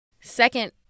Second